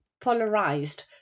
polarized